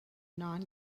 non